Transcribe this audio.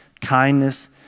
kindness